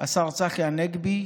השר צחי הנגבי,